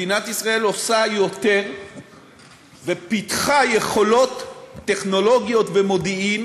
מדינת ישראל עושה יותר ופיתחה יכולות טכנולוגיות ומודיעין